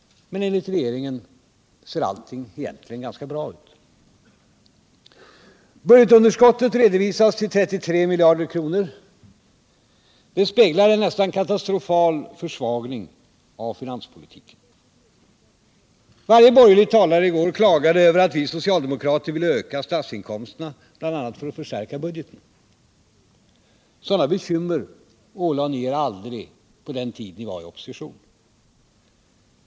Men enligt regeringen ser allting egentligen ganska bra ut. Budgetunderskottet redovisas till 33 miljarder kronor. Det speglar en nästan katastrofal försvagning av finanspolitiken. Varje borgerlig talare i går klagade över att vi socialdemokrater ville öka statsinkomsterna, bl.a. för att förstärka budgeten. Sådana bekymmer hyste ni aldrig medan ni var i opposition.